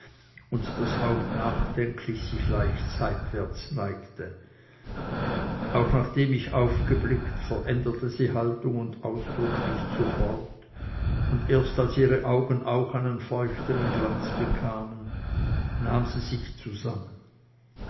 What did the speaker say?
und das haupt nachdenklich sich leicht seitwärts neigte auch nachdem ich aufgeblickt veränderte sie haltung und ausdruck nicht sofort und erst als ihre augen auch einen feuchtern glanz bekamen nahm sie sich zusammen